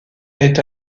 est